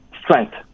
Strength